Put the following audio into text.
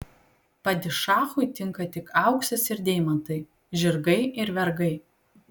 padišachui tinka tik auksas ir deimantai žirgai ir vergai